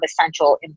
essential